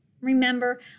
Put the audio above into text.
Remember